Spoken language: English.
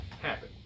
happen